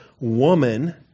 woman